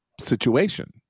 situation